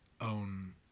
own